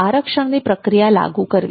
આરક્ષણની પ્રક્રિયા લાગુ કરવી